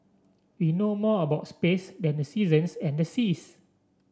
we know more about space than the seasons and the seas